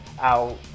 out